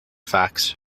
facts